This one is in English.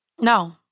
No